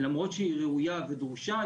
למרות שהיא ראויה ודרושה,